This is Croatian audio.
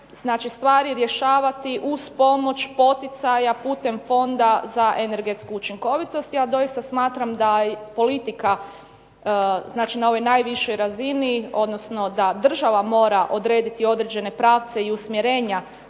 stvari rješavati uz pomoć poticaja putem Fonda za energetsku učinkovitost. Ja doista smatram da politika, znači na ovoj najvišoj razini, odnosno da država mora odrediti određene pravce i usmjerenja